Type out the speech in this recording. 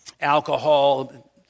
alcohol